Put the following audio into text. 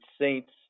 Saints